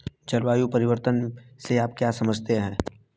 जलवायु परिवर्तन से आप क्या समझते हैं?